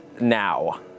now